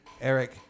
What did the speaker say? Eric